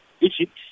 Egypt